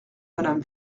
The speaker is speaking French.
madame